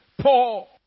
Paul